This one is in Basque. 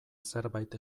zerbait